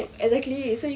exactly so you can watch